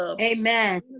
Amen